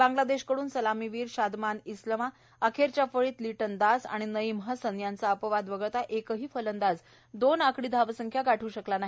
बांगलादेशकडून सलामीवीर शादमान इस्लमा अखेरच्या फळीत लिटन दास आणि नईम हसन यांचा अपवाद वगळता एकही फलंदाज दोन आकडी धावसंख्या गाठू शकला नाही